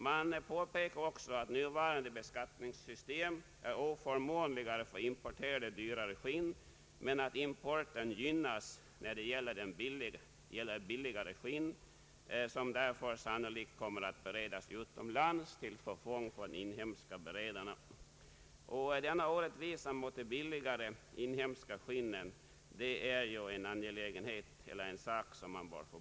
Man påpekar också att nuvarande beskattningssystem är oförmånligare för importerade dyrare skinn men att importen gynnas när det gäller billigare skinn, som sannolikt kommer att beredas utomlands till förfång för inhemska beredare. Denna orättvisa när det gäller de billigare inhemska skinnen är det angeläget att undanröja.